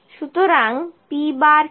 সুতরাং p কি